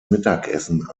mittagessen